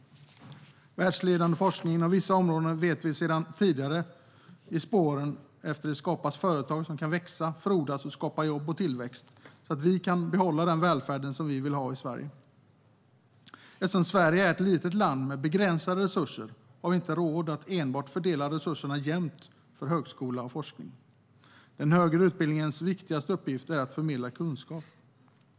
I spåren efter världsledande forskning inom vissa områden skapas företag som kan växa och frodas och skapa jobb och tillväxt så att vi kan behålla den välfärd vi vill ha i Sverige. Detta vet vi sedan tidigare. Eftersom Sverige är ett litet land med begränsade resurser har vi inte råd att enbart fördela resurserna jämnt till högskola och forskning. Den högre utbildningens viktigaste uppgift är att förmedla kunskap.